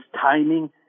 timing